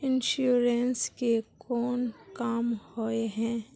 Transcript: Insurance के कोन काम होय है?